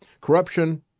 Corruption